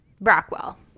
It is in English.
Rockwell